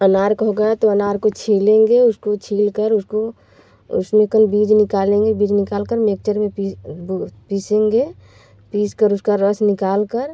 अनार का होगा तो अनार को छीलेंगे उसको छीलकर उसको उसमें का बीज निकालेंगे बीज निकालकर मिक्चर में पीसेंगे पीसकर उसका रस निकाल कर